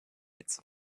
its